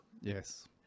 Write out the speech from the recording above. yes